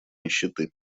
нищеты